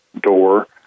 door